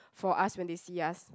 for us when they see us